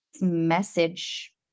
message